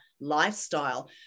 lifestyle